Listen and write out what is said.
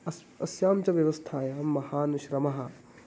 अस् अस्यां च व्यवस्थायां महान् श्रमः